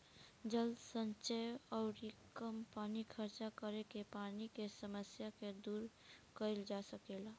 जल संचय अउरी कम पानी खर्चा करके पानी के समस्या के दूर कईल जा सकेला